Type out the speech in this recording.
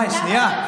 מאי, שנייה.